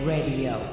Radio